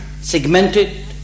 segmented